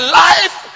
life